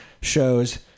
shows